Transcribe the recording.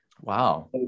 Wow